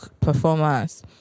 performance